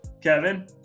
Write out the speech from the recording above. Kevin